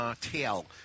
tail